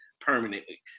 permanently